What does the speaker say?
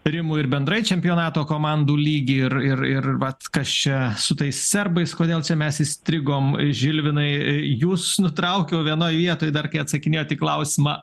rimu ir bendrai čempionato komandų lygį ir ir ir vat kas čia su tais serbais kodėl čia mes įstrigom žilvinai jus nutraukiau vienoj vietoj dar kai atsakinėjot į klausimą